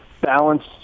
balanced